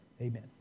Amen